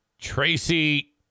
Tracy